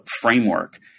framework